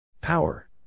Power